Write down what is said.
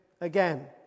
again